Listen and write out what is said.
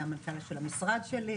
היה המנכ"ל של המשרד שלי.